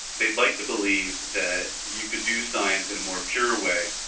they'd like to believe that you could do science in a more pure way,